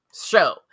show